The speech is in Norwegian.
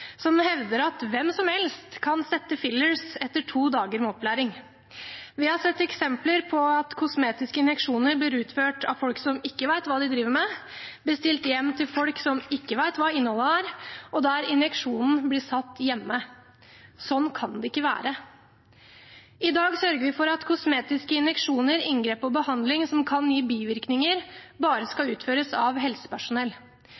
som hevder at hvem som helst kan sette fillers etter to dager med opplæring. Vi har sett eksempler på at kosmetiske injeksjoner blir utført av folk som ikke vet hva de driver med, bestilt hjem til folk som ikke vet hva innholdet er, og der injeksjonen blir satt hjemme. Sånn kan det ikke være. I dag sørger vi for at kosmetiske injeksjoner, inngrep og behandling som kan gi bivirkninger, bare